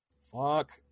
fuck